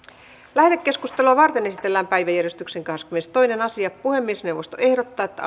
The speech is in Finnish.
lähetekeskustelua varten esitellään päiväjärjestyksen kahdeskymmenestoinen asia puhemiesneuvosto ehdottaa että